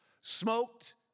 smoked